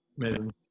Amazing